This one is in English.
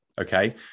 okay